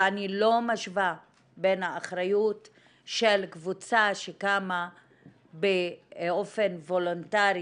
ואני לא משווה בין האחריות של קבוצה שקמה באופן וולונטרי